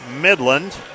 Midland